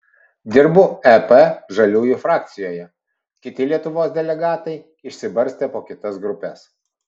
dirbu ep žaliųjų frakcijoje kiti lietuvos delegatai išsibarstę po kitas grupes